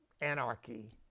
anarchy